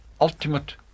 ultimate